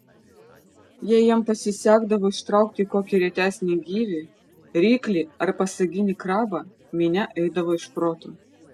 jei jam pasisekdavo ištraukti kokį retesnį gyvį ryklį ar pasaginį krabą minia eidavo iš proto